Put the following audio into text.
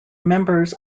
members